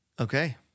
Okay